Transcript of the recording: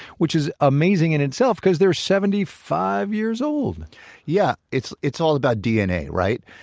which is amazing in itself because they're seventy five years old yeah, it's it's all about dna, right?